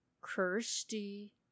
Kirsty